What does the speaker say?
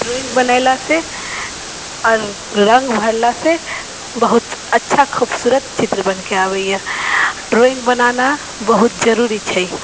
drawing बनेला से आओर रङ्ग भरला से बहुत अच्छा खूबसूरत चित्र बनके आबैया ड्रॉइङ्ग बनाना बहुत जरूरी छै